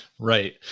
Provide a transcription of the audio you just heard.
Right